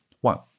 One